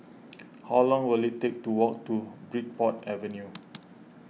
how long will it take to walk to Bridport Avenue